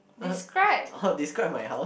oh describe my house